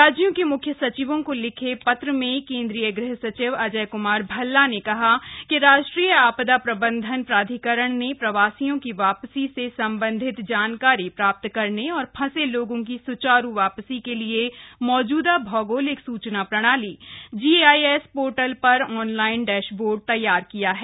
राज्यों के मुख्य सचिवों को लिखे पत्र में केन्द्रीय गृह सचिव अजय कुमार भल्ला ने कहा कि राष्ट्रीय आपदा प्रबंधन प्राधिकरण ने प्रवासियों की वापसी से संबंधित जानकारी प्राप्त करने और फंसे लोगों की सुचारू वापसी के लिये मौजूदा भौगोलिक सूचना प्रणाली जीआईएस पोर्टल पर ऑनलाइन डैशबोर्ड तैयार किया है